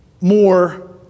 more